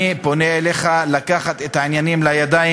אני פונה אליך לקחת את העניינים לידיים